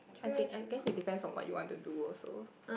I think I guess it depends on what you want to do also